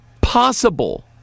possible